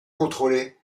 contrôler